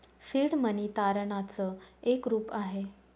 seed money तारणाच एक रूप आहे